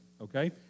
okay